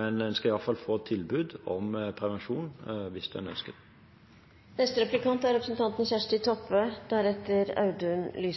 men de skal iallfall få et tilbud om prevensjon hvis de ønsker det.